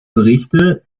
berichte